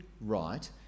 right